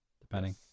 depending